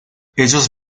ellos